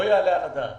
לא יעלה על הדעת